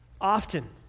Often